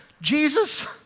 Jesus